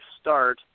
start